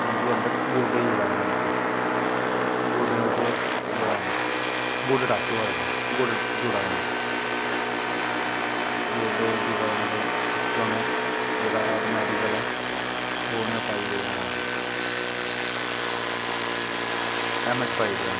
जिसलै मिगी अन्दर गोडे जुड़ा दे नै तुंदे गोडैं बिच्च ओह् ऐ गोडे टच्च होआ दे नै गोडे जुड़ा दे नै गोडे जुड़ा दे नै ते उत्थां दा जिसलै उनैं मैडिकल ओह् उनैं पाई ओड़ेआ ऐम ऐच पाई ओड़ेआ उनैं